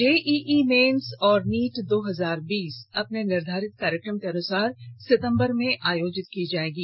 JEE mains और NEET दो हजार बीस अपने निर्धारित कार्यक्रम के अनुसार सिंतबर में आयोजित की जाएंगी